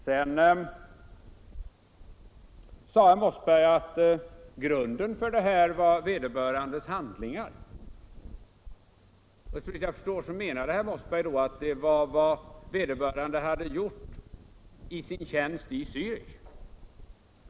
Sedan sade herr Mossberg att grunden för dessa åtgärder var vederbörandes handlingar. Såvitt jag förstår menade herr Mossberg med detta att ingripandet berodde på vad vederbörande hade gjort i sin tjänst i Zöärich.